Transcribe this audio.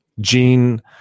Gene